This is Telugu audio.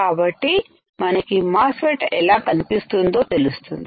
కాబట్టి మనకి మాస్ ఫెట్ఎలా కనిపిస్తుందో తెలుస్తుంది